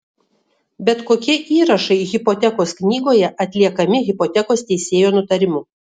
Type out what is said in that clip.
bet kokie įrašai hipotekos knygoje atliekami hipotekos teisėjo nutarimu